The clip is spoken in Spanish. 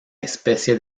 especie